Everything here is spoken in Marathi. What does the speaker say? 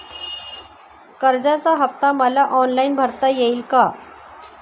कर्जाचा हफ्ता मला ऑनलाईन भरता येईल का?